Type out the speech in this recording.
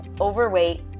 overweight